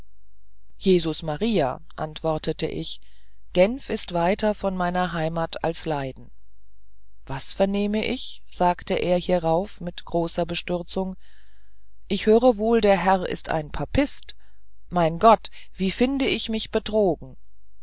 jesus maria antwortete ich genf ist weiter von meiner heimat als leyden was vernehme ich sagte er hierauf mit großer bestürzung ich höre wohl der herr ist ein papist o mein gott wie finde ich mich betrogen